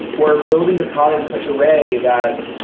we're building the product in such a way that